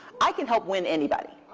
i can help win anybody.